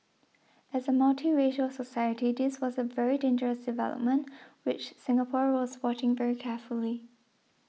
as a multiracial society this was a very dangerous development which Singapore was watching very carefully